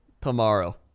tomorrow